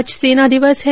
आज सेना दिवस है